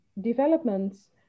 developments